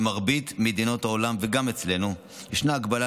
במרבית מדינות העולם וגם אצלנו ישנה הגבלה